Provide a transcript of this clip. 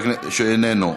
איננו,